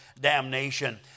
damnation